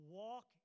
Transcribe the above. walk